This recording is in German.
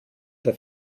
der